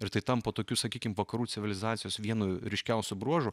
ir tai tampa tokiu sakykim vakarų civilizacijos vienu ryškiausių bruožų